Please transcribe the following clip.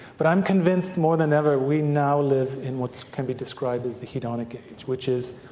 but i'm convinced more than ever we now live in what's can be described as the hedonic age, which is.